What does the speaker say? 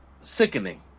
sickening